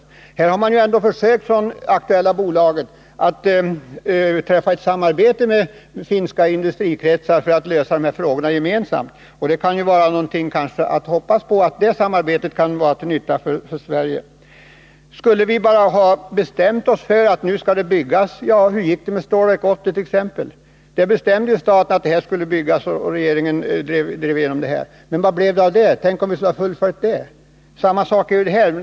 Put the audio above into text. Det aktuella bolaget har ändå försökt träffa avtal om ett samarbete med finska industrikretsar för att man skulle kunna lösa frågorna gemensamt, och vi kan kanske hoppas på att det samarbetet skall vara till nytta för Sverige. Skulle vi bara ha bestämt oss för att nu skall det byggas, så kan vi ju tänka på hur det gick t.ex. med Stålverk 80. Staten bestämde att stålverket skulle byggas, och regeringen drev igenom förslaget. Men vad blev det av detta? Tänk om vi skulle ha fullföljt det! Samma sak är det här.